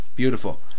Beautiful